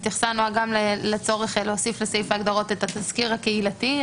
התייחסה נועה גם לצורך להוסיף לסעיף ההגדרות את התסקיר הקהילתי,